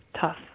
tough